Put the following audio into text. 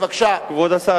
כבוד השר,